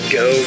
go